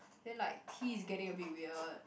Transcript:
then like T is getting a bit weird